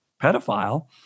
pedophile